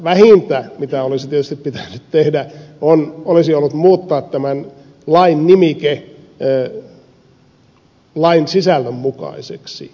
vähintä mitä olisi tietysti pitänyt tehdä olisi ollut muuttaa tämän lain nimike lain sisällön mukaiseksi